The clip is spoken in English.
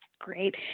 Great